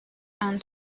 and